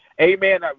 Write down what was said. Amen